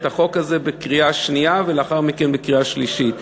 החוק הזה בקריאה שנייה ולאחר מכן בקריאה שלישית.